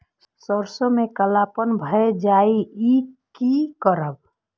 सरसों में कालापन भाय जाय इ कि करब?